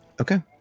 okay